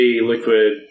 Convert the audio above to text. Liquid